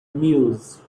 mused